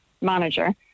manager